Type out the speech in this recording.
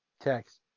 Text